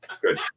Good